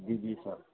दीदीसभ